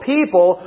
People